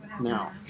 now